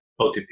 OTP